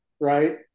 right